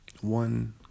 One